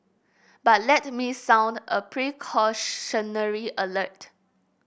but let me sound a precautionary alert